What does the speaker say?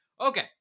Okay